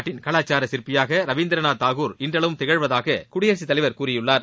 நாட்டின் கலாச்சார சிற்பியாக ரவீந்திரநாத் தாகூர் இன்றளவும் திகழ்வதாக குடியரசுத் தலைவர் கூறியுள்ளார்